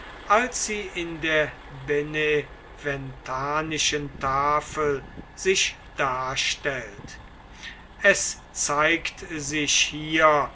als sie in der beneventanischen tafel sich darstellt es zeigt sich hier